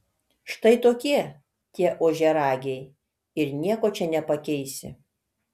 štai tokie tie ožiaragiai ir nieko čia nepakeisi